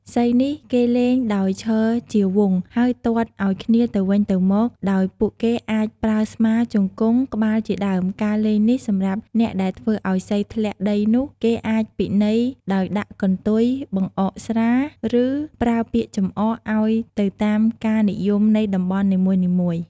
សីនេះគេលេងដោយឈរជាវង់ហើយទាត់ឲ្យគ្នាទៅវិញទៅមកដោយពួកគេអាច ប្រើស្មា ជង្គង់ ក្បាលជាដើមការលេងនេះសម្រាប់អ្នកដែលធ្វើឲ្យសីធ្លាក់ដីនោះគេអាចពិន័យដោយដាក់កន្ទុយ បង្អកស្រា ឬ ប្រើពាក្យចំអក ឲ្យទៅតាមការនិយមនៃតំបន់នីមួយៗ ។